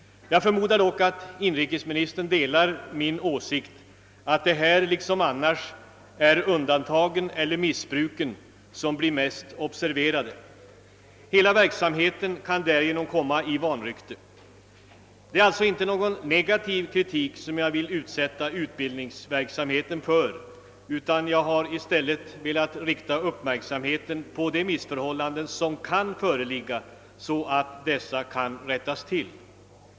Jag förmodar dock att inrikesministern delar min åsikt att det härvidlag liksom annars är missbruken som blir mest observerade. Hela verksamheten kan därigenom råka i vanrykte. Det är alltså inte någon negativ kritik som jag vill utsätta utbildningsverksamheten för, utan jag har i stället velat fästa uppmärksamheten på de missförhållanden som kan föreligga, så att dessa kan rättas till.